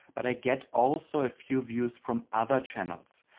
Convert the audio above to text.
but i get also a few views from other channels.